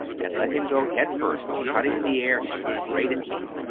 and let him go head first, cutting the air, straight at me.